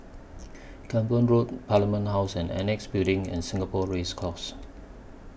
Camborne Road Parliament House and Annexe Building and Singapore Race Course